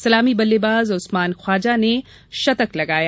सलामी बल्लेबाज उस्मान ख्वाजा ने शतक लगाया